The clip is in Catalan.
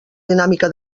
dinàmica